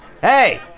Hey